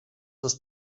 ist